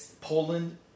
Poland